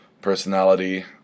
personality